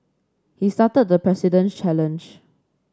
he started the President's challenge